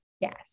Yes